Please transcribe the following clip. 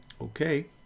Okay